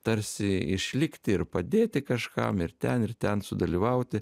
tarsi išlikti ir padėti kažkam ir ten ir ten sudalyvauti